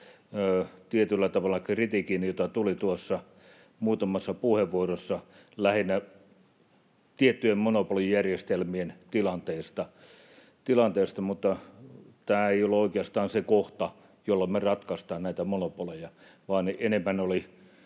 tietyllä tavalla kritiikin, jota tuli tuossa muutamassa puheenvuorossa lähinnä tiettyjen monopolijärjestelmien tilanteesta, mutta tämä ei ole oikeastaan se kohta, jolla me ratkaistaan näitä monopoleja, vaan ne enemmän olivat